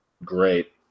great